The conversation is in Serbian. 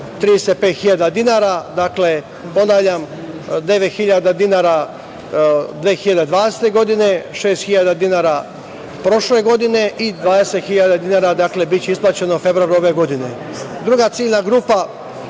35.000 dinara. Dakle, ponavljam, 9.000 dinara 2020. godine, 6.000 dinara prošle godine i 20.000 dinara biće isplaćeno u februaru ove godine. Druga ciljna grupa